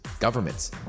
governments